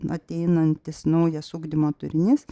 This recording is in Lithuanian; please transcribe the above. ateinantis naujas ugdymo turinys